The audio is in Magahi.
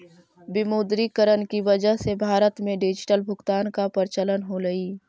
विमुद्रीकरण की वजह से भारत में डिजिटल भुगतान का प्रचलन होलई